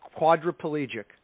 quadriplegic